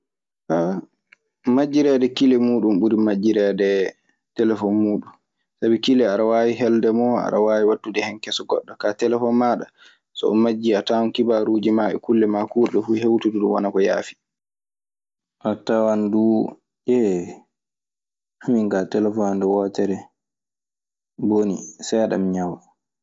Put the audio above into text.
Majjireede kile muuɗun ɓuri majjireede telefoŋ muuɗun. Sabi kile aɗa waawi helde mo. Aɗa waawi wattude hen keso goɗɗo kaa telefoŋ maaɗa. So o majjii a tawan kibaruuji maa e kulle maa kuurɗe fuu hewtude ɗun wala ko yaafi. A tawan duu… Min kaa telefon an nde wootere bonii, seeɗa mi ñawa.